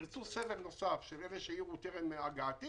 תרצו סבב נוסף של אלה שהיו פה טרם הגעתי,